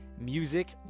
music